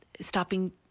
stopping